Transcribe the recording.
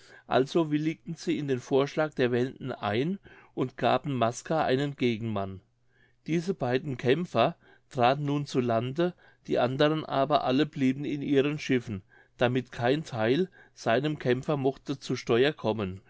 also willigten sie in den vorschlag der wenden ein und gaben maska einen gegenmann diese beiden kämpfer traten nun zu lande die anderen aber alle blieben in ihren schiffen damit kein theil seinem kämpfer mochte zu steuer kommen